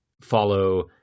follow